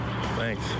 Thanks